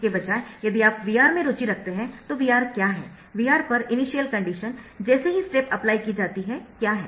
इसके बजाय यदि आप VR में रुचि रखते है तो VR क्या है VR पर इनिशियल कंडीशन जैसे ही स्टेप अप्लाई की जाती है क्या है